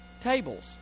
tables